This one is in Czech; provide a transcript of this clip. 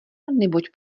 neboť